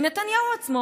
ונתניהו עצמו,